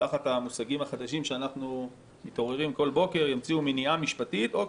תחת המושגים החדשים שאנחנו מתעוררים אליהם כל בוקר מניעה משפטית או,